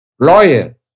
lawyer